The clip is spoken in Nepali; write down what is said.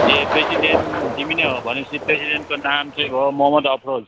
ए प्रेसिडेन्ट तिमी नै हो भनेपछि प्रेसिडेन्टको नाम चाहिँ भयो मोहम्मद अफरोज